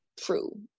true